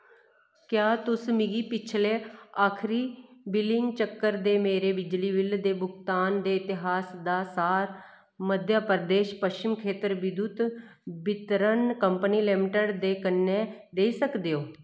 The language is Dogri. क्या तुस मिगी पिछले आखरी बिलिंग चक्कर दे मेरे बिजली बिल दे भुगतान दे इतिहास दा सार मध्य प्रदेश पच्छम खेतर विद्युत वितरण कंपनी लिमिटड दे कन्नै देई सकदे ओ